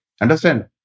Understand